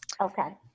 Okay